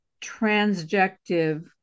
transjective